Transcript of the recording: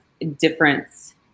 difference